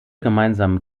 gemeinsamen